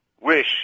wish